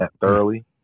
thoroughly